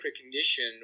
recognition